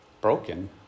Broken